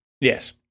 Yes